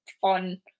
fun